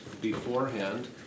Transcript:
beforehand